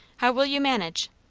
how will you manage?